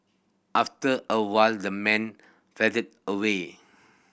after a while the man faded away